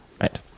Right